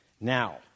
Now